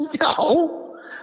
No